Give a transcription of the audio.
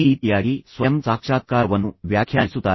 ಈ ರೀತಿಯಾಗಿ ಆತ ಸ್ವಯಂ ಸಾಕ್ಷಾತ್ಕಾರವನ್ನು ವ್ಯಾಖ್ಯಾನಿಸುತ್ತಾರೆ